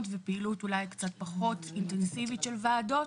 ופעילות אולי קצת פחות אינטנסיבית של ועדות.